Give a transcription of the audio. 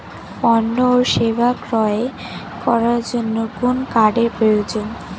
পণ্য ও সেবা ক্রয় করার জন্য কোন কার্ডের প্রয়োজন?